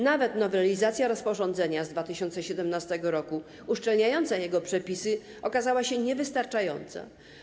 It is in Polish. Nawet nowelizacja rozporządzenia z 2017 r. uszczelniająca jego przepisy okazała się niewystarczająca.